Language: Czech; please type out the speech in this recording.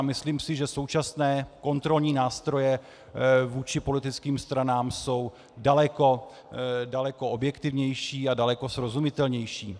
Myslím si, že současné kontrolní nástroje vůči politickým stranám jsou daleko objektivnější a daleko srozumitelnější.